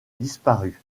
disparue